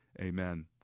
Amen